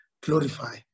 glorify